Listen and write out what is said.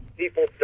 people